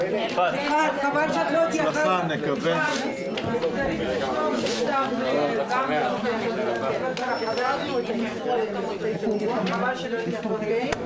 13:00.